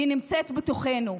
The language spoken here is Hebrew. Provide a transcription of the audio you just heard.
היא נמצאת בתוכנו.